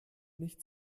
nicht